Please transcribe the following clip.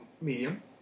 medium